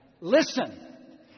Listen